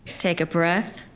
take a breath.